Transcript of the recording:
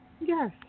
Yes